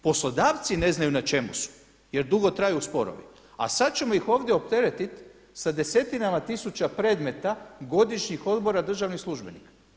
Poslodavci ne znaju na čemu su jer dugo traju sporovi a sada ćemo ih ovdje opteretiti sa desetinama tisuća predmeta godišnjih odbora državnih službenika.